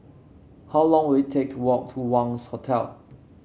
how long will it take to walk to Wangz Hotel